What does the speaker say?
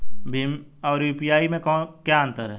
भीम और यू.पी.आई में क्या अंतर है?